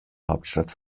hauptstadt